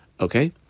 Okay